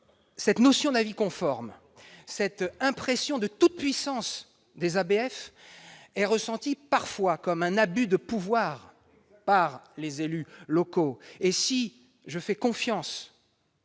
cette notion d'avis conforme et cette impression de toute-puissance des ABF sont parfois ressenties comme un abus de pouvoir par les élus locaux. Si je fais confiance